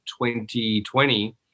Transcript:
2020